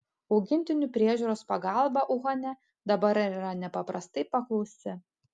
augintinių priežiūros pagalba uhane dabar yra nepaprastai paklausi